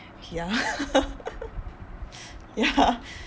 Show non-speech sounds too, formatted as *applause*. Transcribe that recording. ya *laughs* ya *laughs*